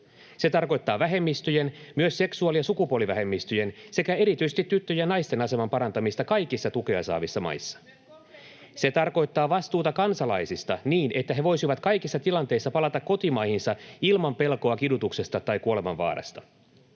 Se tarkoittaa vähemmistöjen — myös seksuaali- ja sukupuolivähemmistöjen — sekä erityisesti tyttöjen ja naisten aseman parantamista kaikissa tukea saavissa maissa. [Välihuuto vasemmalta] Se tarkoittaa vastuuta kansalaisista niin, että he voisivat kaikissa tilanteissa palata kotimaihinsa ilman pelkoa kidutuksesta tai kuolemanvaarasta.